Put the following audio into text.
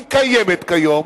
היא קיימת היום.